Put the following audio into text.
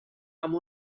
amb